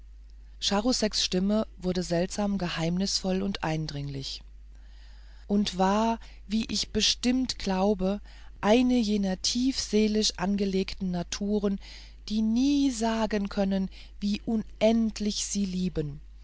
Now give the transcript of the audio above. stimme wurde seltsam geheimnisvoll und eindringlich und war wie ich bestimmt glaube eine jener tiefseelisch angelegten naturen die nie sagen können wie unendlich sie lieben